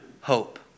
hope